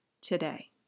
today